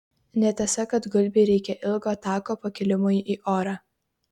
netiesa kad gulbei reikia ilgo tako pakilimui į orą